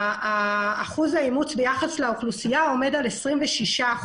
אחוז האימוץ ביחס לאוכלוסייה עומד על 26%,